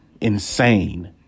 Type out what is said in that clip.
Insane